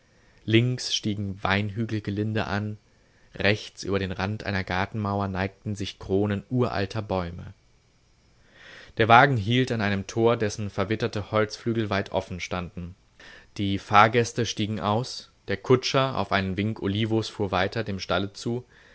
links stiegen weinhügel gelinde an rechts über den rand einer gartenmauer neigten sich kronen uralter bäume der wagen hielt an einem tor dessen verwitterte holzflügel weit offen standen die fahrgäste stiegen aus der kutscher auf einen wink olivos fuhr weiter dem stalle zu